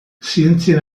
zientzien